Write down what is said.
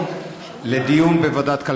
לדיון בוועדת הכלכלה.